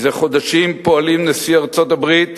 מזה חודשים פועלים נשיא ארצות-הברית